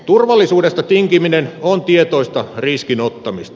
turvallisuudesta tinkiminen on tietoista riskin ottamista